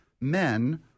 men